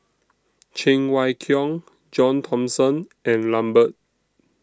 Cheng Wai Keung John Thomson and Lambert